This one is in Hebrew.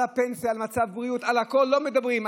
על הפנסיה, על מצב הבריאות, על הכול, לא מדברים.